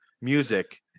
music